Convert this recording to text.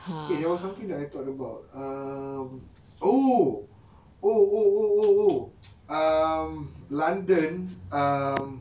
eh there was something that I thought about um oh oh oh oh oh oh um london um